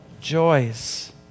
joys